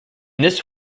this